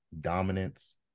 dominance